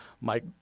Mike